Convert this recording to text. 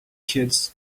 kids